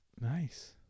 Nice